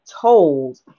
told